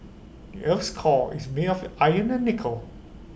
the Earth's core is made of iron and nickel